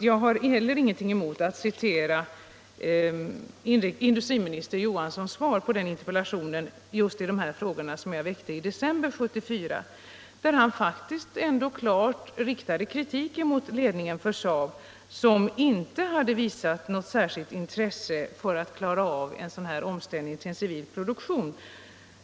Jag har heller ingenting emot att citera industriminister Johanssons svar på den interpellationen just i de frågorna som jag väckte i december 1974, där han ändå klart riktade kritik mot ledningen för SAAB, som inte hade visat något särskilt intresse för att klara av omställningen till civil produktion.